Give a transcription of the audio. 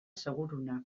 seguruena